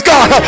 God